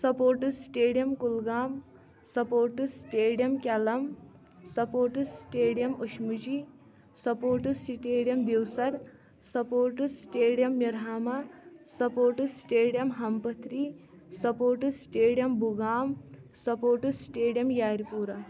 sports stadium Kulgam sports stadium Kelam sports stadium Ashmuji sports stadium Devsar sports stadium Mirhama sports stadium ہم پٔتھری sports stadium Bugam sports stadium یارِ پوٗرہ